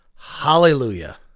Hallelujah